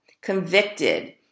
convicted